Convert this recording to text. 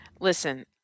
Listen